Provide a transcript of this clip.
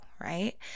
right